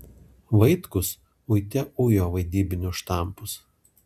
vaitkus uite ujo vaidybinius štampus